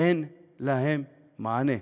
אין להם מענה.